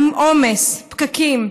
עומס, פקקים,